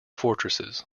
fortresses